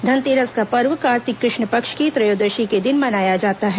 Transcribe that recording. धनतेरस का पर्व कार्तिक कृष्ण पक्ष की त्रयोदशी के दिन मनाया जाता है